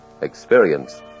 experience